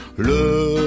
Le